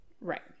Right